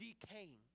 decaying